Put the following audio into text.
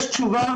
יש תשובה.